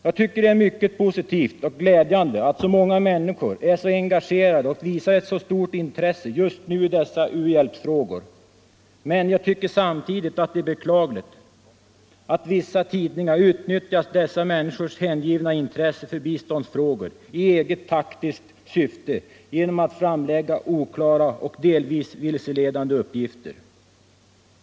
Jag tycker att det är mycket positivt och glädjande att så många människor är så engagerade och visar ett så stort intresse just nu för dessa u-hjälpsfrågor, men jag finner det samtidigt beklagligt att vissa tidningar utnyttjat dessa människors hängivna intresse för biståndsfrågor, i eget taktiskt syfte, genom att framlägga oklara och delvis vilseledande uppgifter.